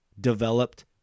developed